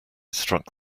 struck